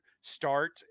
start